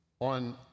On